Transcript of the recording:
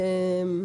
בוקר טוב לכולם.